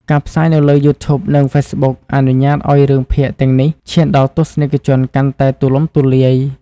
ការផ្សាយនៅលើ YouTube និង Facebook អនុញ្ញាតឱ្យរឿងភាគទាំងនេះឈានដល់ទស្សនិកជនកាន់តែទូលំទូលាយ។